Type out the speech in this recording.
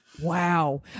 Wow